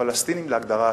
הפלסטינים להגדרה עצמית.